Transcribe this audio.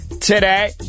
today